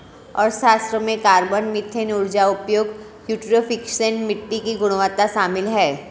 अर्थशास्त्र में carbon, methane ऊर्जा उपयोग, यूट्रोफिकेशन, मिट्टी की गुणवत्ता शामिल है